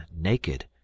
naked